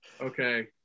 Okay